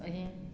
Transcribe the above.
अशें